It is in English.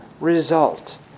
result